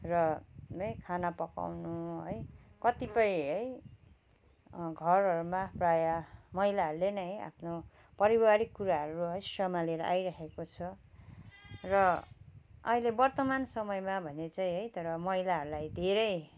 र है खाना पकाउन है कतिपय है घरहरूमा प्रायः महिलाहरूले नै आफ्नो पारिवारिक कुराहरू सम्हालेर आइराखेको छ र अहिले वर्तमान समयमा भने चाहिँ है तर महिलाहरूलाई धेरै